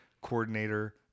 coordinator